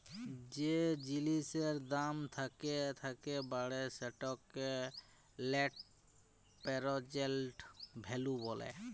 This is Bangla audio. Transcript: যে জিলিসের দাম থ্যাকে থ্যাকে বাড়ে সেটকে লেট্ পেরজেল্ট ভ্যালু ব্যলে